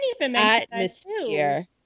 atmosphere